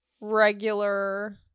regular